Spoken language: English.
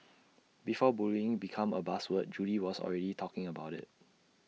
before bullying become A buzz word Judy was already talking about IT